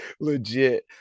legit